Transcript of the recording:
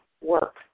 work